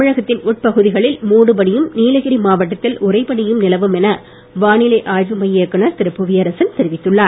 தமிழகத்தின் உட்பகுதிகளில் மூடு பனியும் நீலகரி மாவடத்தில் உறைபனியும் நிலவும் என வானிலை ஆய்வுமைய இயக்குநர் புவியரசன் தெரிவித்துள்ளார்